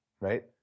right